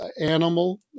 animal